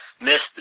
Missed